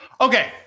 Okay